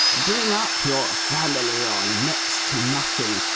bring up your family on next to nothing,